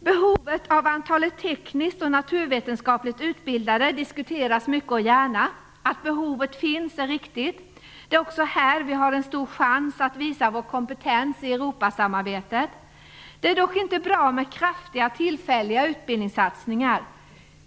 Behovet av tekniskt och naturvetenskapligt utbildade diskuteras mycket och gärna. Att behovet finns är riktigt. Det är också här vi har en stor chans att visa vår kompetens i Europasamarbetet. Det är dock inte bra med kraftiga tillfälliga utbildningssatsningar.